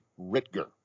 Ritger